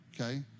okay